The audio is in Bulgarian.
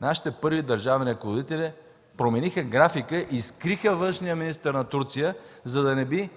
нашите първи държавни ръководители промениха графика и скриха външния министър на Турция, за да не би